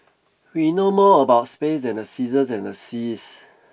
we know more about space than the seasons and the seas